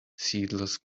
seedless